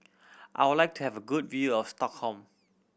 I would like to have a good view of Stockholm